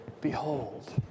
behold